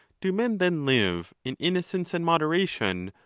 do men then live in innocence and moderation,